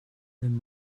wenn